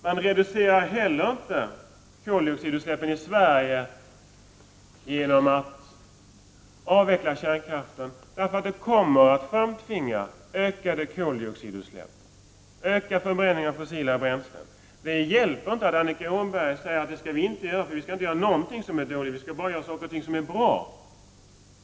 Man reducerar heller inte koldioxidutsläppen i Sverige genom att avveckla kärnkraften, för det kommer att framtvinga ökade koldioxidutsläpp, ökad förbränning av fossila bränslen. Det hjälper inte att Annika Åhnberg säger att det skall vi inte göra — vi skall inte göra någonting som är dåligt, vi skall bara göra saker och ting som är bra.